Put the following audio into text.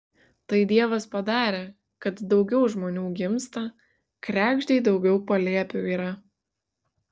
tai dievas padarė kad daugiau žmonių gimsta kregždei daugiau palėpių yra